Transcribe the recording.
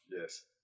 Yes